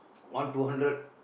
one two hundred